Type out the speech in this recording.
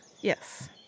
yes